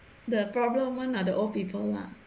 the problem one ah the old people lah